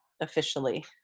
Officially